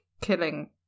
killing